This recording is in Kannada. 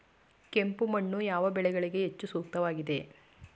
ಕೆಂಪು ಮಣ್ಣು ಯಾವ ಬೆಳೆಗಳಿಗೆ ಹೆಚ್ಚು ಸೂಕ್ತವಾಗಿದೆ?